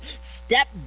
step